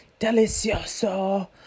delicioso